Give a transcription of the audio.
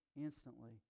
instantly